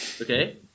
Okay